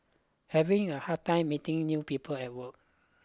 having a hard time meeting new people at work